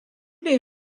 les